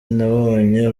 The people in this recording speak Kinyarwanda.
nabonye